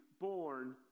born